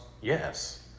yes